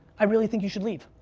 i really think you should leave.